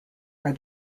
are